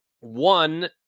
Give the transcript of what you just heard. One